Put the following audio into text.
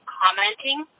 commenting